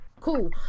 Cool